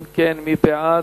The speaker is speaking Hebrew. אם כן, מי בעד?